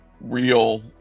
real